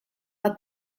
bat